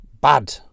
bad